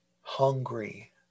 hungry